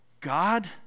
God